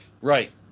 right